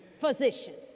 physicians